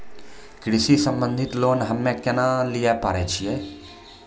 कृषि संबंधित लोन हम्मय केना लिये पारे छियै?